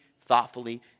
thoughtfully